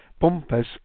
bumpers